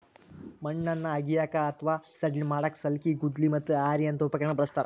ಮಣ್ಣನ್ನ ಅಗಿಯಾಕ ಅತ್ವಾ ಸಡ್ಲ ಮಾಡಾಕ ಸಲ್ಕಿ, ಗುದ್ಲಿ, ಮತ್ತ ಹಾರಿಯಂತ ಉಪಕರಣಗಳನ್ನ ಬಳಸ್ತಾರ